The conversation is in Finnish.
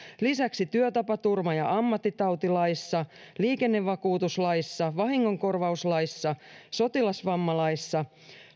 lisäksi työtapaturma ja ammattitautilaissa liikennevakuutuslaissa vahingonkorvauslaissa sotilasvammalaissa